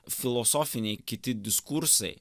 filosofiniai kiti diskursai